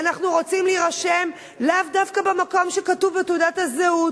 ואנחנו רוצים להירשם לאו דווקא במקום שכתוב בתעודת הזהות,